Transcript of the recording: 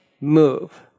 move